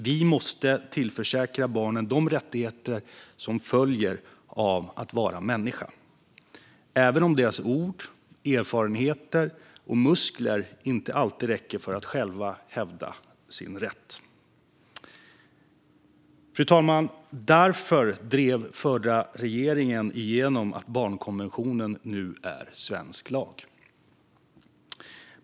Vi måste tillförsäkra barnen de rättigheter som följer av att vara människa, även om deras ord, erfarenheter och muskler inte alltid räcker för att de själva ska kunna hävda sin rätt. Fru talman! Därför drev den förra regeringen igenom att barnkonventionen nu är svensk lag.